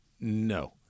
No